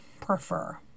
prefer